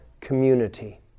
community